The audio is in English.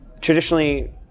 traditionally